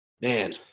man